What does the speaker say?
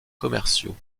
commerciaux